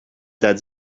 that